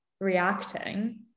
reacting